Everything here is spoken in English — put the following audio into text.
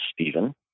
Stephen